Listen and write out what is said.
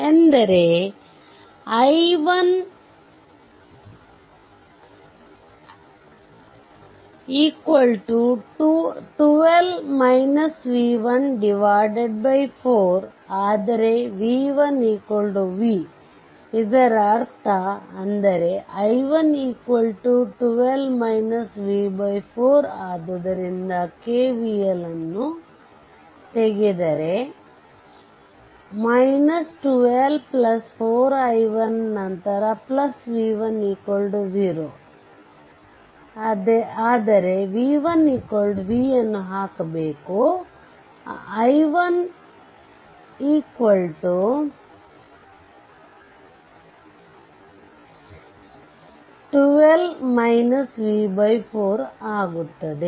ಎಂದರೆ i1 4 ಆದರೆ v1 v ಇದರರ್ಥ ಅಂದರೆ i1 12 v 4 ಆದ್ದರಿಂದ KVL ಅನ್ನು ತೆಗೆದರೆ 12 4 i1ನಂತರ v1 0 ಅದರೇ v1 v ಅನ್ನು ಹಾಕಿಬೇಕು i1 12 v 4 ಆಗುತ್ತದೆ